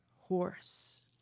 horse